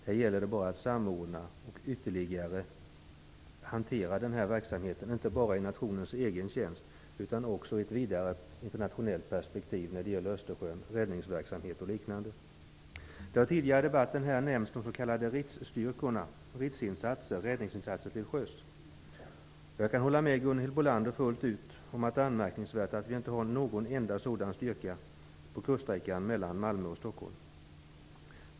Det gäller att samordna och ytterliga hantera verksamheten, inte bara i nationens egen tjänst utan också i ett vidare internationellt perspektiv när det gäller bl.a. Östersjön och räddningsverksamhet. Det har tidigare i debatten talats om de s.k. RITS styrkorna, dvs. räddningsinsatser till sjöss. Jag håller med Gunhild Bolander om att det är anmärkningsvärt att vi inte har en enda sådan styrka på kuststräckan mellan Malmö och Stockholm.